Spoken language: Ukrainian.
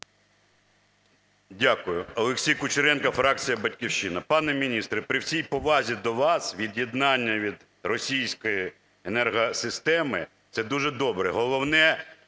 Дякую. Олексій Кучеренко, фракція "Батьківщина". Пане міністре, при всій повазі до вас, від'єднання від російської енергосистеми – це дуже добре.